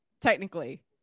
technically